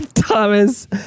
Thomas